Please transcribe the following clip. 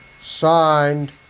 signed